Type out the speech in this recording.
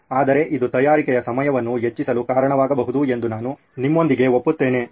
ಆದರೆ ಇದು ತಯಾರಿಕೆಯ ಸಮಯವನ್ನು ಹೆಚ್ಚಿಸಲು ಕಾರಣವಾಗಬಹುದು ಎಂದು ನಾನು ನಿಮ್ಮೊಂದಿಗೆ ಒಪ್ಪುತ್ತೇನೆ